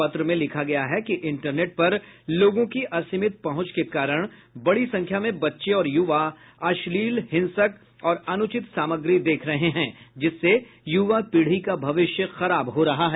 पत्र में लिखा गया है कि इंटरनेट पर लोगों की असीमित पहुंच के कारण बड़ी संख्या में बच्चे और युवा अश्लील हिंसक और अनुचित सामग्री देख रहे हैं जिससे युवा पीढ़ी का भविष्य खराब हो रहा है